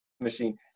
machine